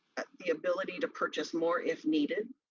the ability to purchase more if needed.